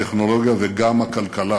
הטכנולוגיה וגם הכלכלה.